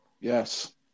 Yes